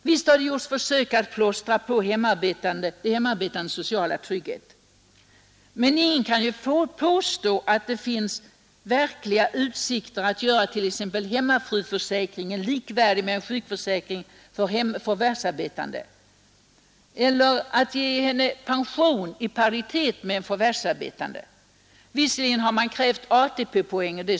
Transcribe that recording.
Visst har det gjorts försök att plåstra på de hemarbetandes sociala trygghet, men ingen kan väl påstå att det finns verkliga utsikter att göra t.ex. hemmafruförsäkringen likvärdig med en sjukförsäkring för förvärvsarbetande eller att ge hemmafrun en pension som står i paritet med en förvärvsarbetandes. Fru Söder sade att man krävt ATP-poäng.